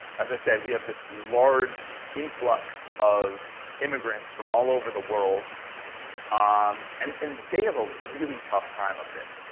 as i said we have this large influx of immigrants from all over the world um and and they have a really tough time of it.